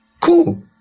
cool